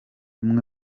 umwe